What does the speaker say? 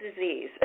disease